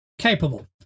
capable